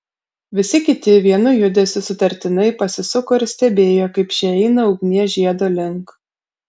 visi kiti vienu judesiu sutartinai pasisuko ir stebėjo kaip šie eina ugnies žiedo link